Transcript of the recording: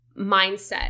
mindset